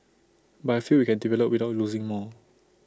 but I feel we can develop without losing more